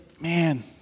man